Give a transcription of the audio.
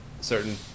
certain